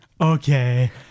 Okay